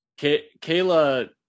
Kayla